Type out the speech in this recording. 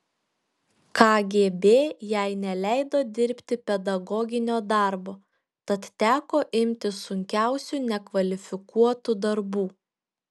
kgb jai neleido dirbti pedagoginio darbo tad teko imtis sunkiausių nekvalifikuotų darbų